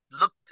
look